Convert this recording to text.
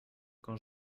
quand